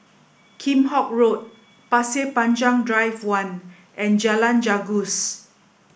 Kheam Hock Road Pasir Panjang Drive One and Jalan Janggus